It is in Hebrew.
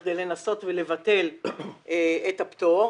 בכדי לנסות ולבטל את הפטור.